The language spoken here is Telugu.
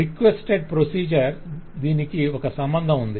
రిక్వెస్టెడ్ ప్రొసీజర్ దీనికి ఒక సంబంధం ఉంది